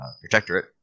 protectorate